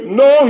no